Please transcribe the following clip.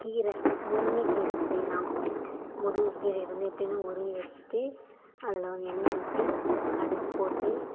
கீரை முருங்கைக்கீரை செய்யலாம் முருங்கைக்கீரைய வந்து எப்படினா உருவி வச்சிவிட்டு அதில் வந்து எண்ணெய் ஊற்றி கடுகு போட்டு